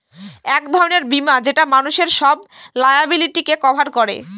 এক ধরনের বীমা যেটা মানুষের সব লায়াবিলিটিকে কভার করে